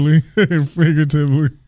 figuratively